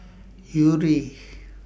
Yuri